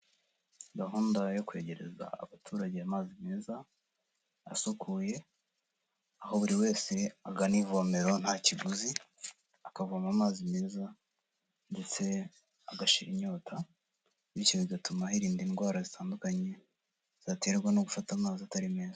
Gahunda yo kwegereza abaturage amazi meza asukuye, aho buri wese agana ivomero nta kiguzi akavoma amazi meza ndetse agashira inyota, bityo bigatuma hirinda indwara zitandukanye zaterwa no gufata amazi atari meza.